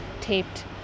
taped